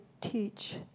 teach